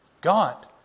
god